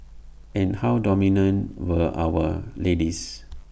and how dominant were our ladies